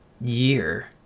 year